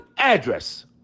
address